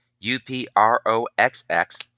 U-P-R-O-X-X